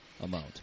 amount